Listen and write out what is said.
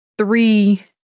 Three